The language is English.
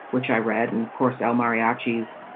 which i read. and, of course, el mariachi's,